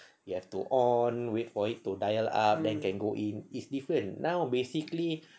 and to or wait for it to fire up then you can go in now basically